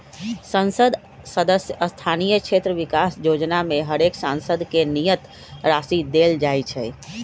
संसद सदस्य स्थानीय क्षेत्र विकास जोजना में हरेक सांसद के नियत राशि देल जाइ छइ